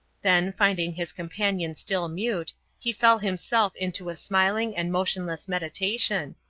then, finding his companion still mute, he fell himself into a smiling and motionless meditation,